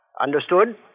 Understood